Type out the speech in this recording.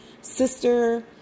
sister